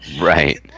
Right